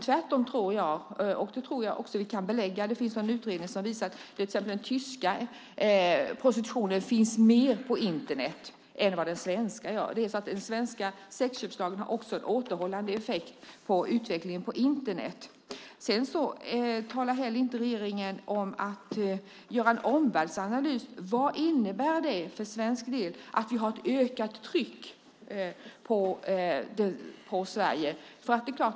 Tvärtom finns det någon utredning som visar att till exempel den tyska prostitutionen finns mer på Internet än vad den svenska gör. Den svenska sexköpslagen har också en återhållande effekt på utvecklingen på Internet. Regeringen talar inte heller om att göra en omvärldsanalys. Vad innebär det att vi har ett ökat tryck på Sverige?